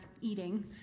eating